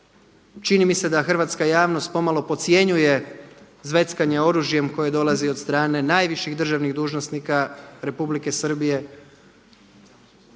Čini mi se da hrvatska javnost pomalo podcjenjuje zveckanje oružjem koje dolazi od strane najviših državnih dužnosnika Republike Srbije.